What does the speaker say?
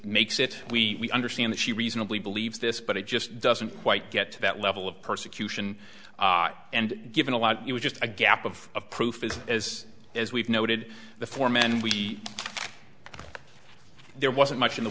makes it we understand that she reasonably believes this but it just doesn't quite get to that level of persecution and given a lot it was just a gap of proof is as as we've noted the form and we there wasn't much in the